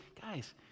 guys